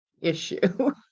issue